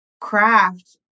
craft